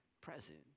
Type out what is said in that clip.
present